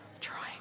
trying